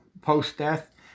post-death